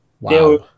wow